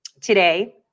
today